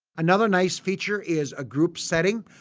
another nice feature is a group setting.